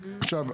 עכשיו,